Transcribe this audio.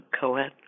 co-ed